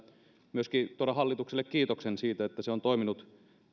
myöskin tuoda hallitukselle kiitoksen siitä että se on toiminut